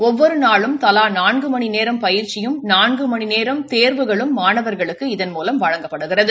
ஒவ்வொரு நாளும் தலா நாள்கு மணி நேரம் பயிற்சியும் நாள்கு மணி நேரம் தேர்வுகளும் மாணவர்களுக்கு இதன்மூலம் வழங்கப்படுகிறது